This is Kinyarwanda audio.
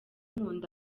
nkunda